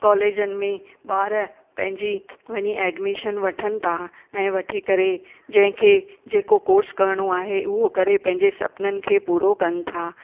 कॉलेजनि में ॿार पंहिजी वञी एडमिशन वठनि था ऐं वठी करे जंहिंखे जेको कोर्स करणो आहे उहो करे पंहिंजे सपननि खे पूरो कनि था